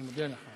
אני מודה לך.